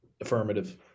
Affirmative